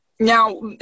Now